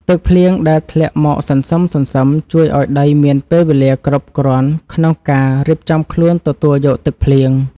ទឹកភ្លៀងដែលធ្លាក់មកសន្សឹមៗជួយឱ្យដីមានពេលវេលាគ្រប់គ្រាន់ក្នុងការរៀបចំខ្លួនទទួលយកទឹកភ្លៀង។ទឹកភ្លៀងដែលធ្លាក់មកសន្សឹមៗជួយឱ្យដីមានពេលវេលាគ្រប់គ្រាន់ក្នុងការរៀបចំខ្លួនទទួលយកទឹកភ្លៀង។